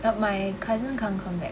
but my cousin can't come back